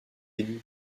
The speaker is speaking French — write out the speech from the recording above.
élus